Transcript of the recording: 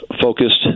focused